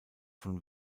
von